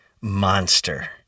monster